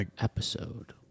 episode